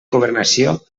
governació